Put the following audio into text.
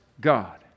God